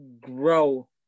grow